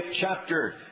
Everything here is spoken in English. chapter